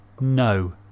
No